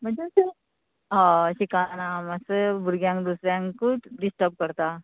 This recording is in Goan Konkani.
म्हणजे अशें हय शिकना मात्सो भुरग्यांक दुसऱ्यांकूच डिस्टर्ब करता